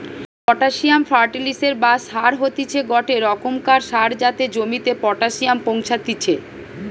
potassium ফার্টিলিসের বা সার হতিছে গটে রোকমকার সার যাতে জমিতে পটাসিয়াম পৌঁছাত্তিছে